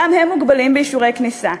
גם הם מוגבלים באישורי כניסה.